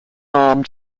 armed